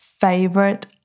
favorite